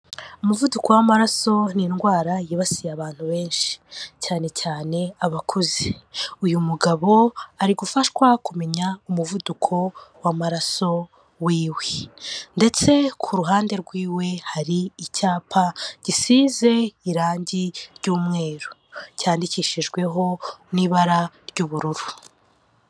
Umuvuduko w'amaraso ni indwara yibasiye abantu benshi, cyane cyane abakuze. Uyu mugabo ari gufashwa kumenya umuvuduko w'amaraso w'iwe ndetse ku ruhande rw'iwe hari icyapa gisize irangi ry'umweru, cyandikishijweho n'ibara ry'ubururu.